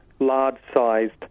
large-sized